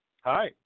Hi